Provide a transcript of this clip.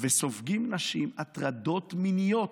והנשים סופגות הטרדות מיניות.